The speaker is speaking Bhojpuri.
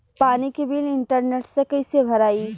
पानी के बिल इंटरनेट से कइसे भराई?